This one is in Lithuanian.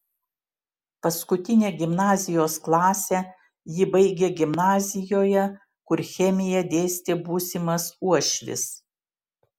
paskutinę gimnazijos klasę ji baigė gimnazijoje kur chemiją dėstė būsimas uošvis